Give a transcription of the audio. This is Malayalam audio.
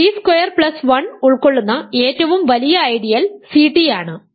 ടി സ്ക്വയർ പ്ലസ് 1 ഉൾക്കൊള്ളുന്ന ഏറ്റവും വലിയ ഐഡിയൽ Ct ആണ്